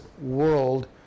world